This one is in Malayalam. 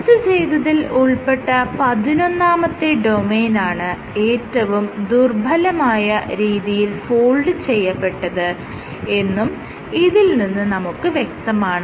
ചർച്ച ചെയ്തതിൽ ഉൾപ്പെട്ട പതിനൊന്നാമത്തെ ഡൊമെയ്നാണ് ഏറ്റവും ദുർബ്ബലമായ രീതിയിൽ ഫോൾഡ് ചെയ്യപ്പെട്ടത് എന്നും ഇതിൽ നിന്നും നമുക്ക് വ്യക്തമാണ്